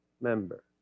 member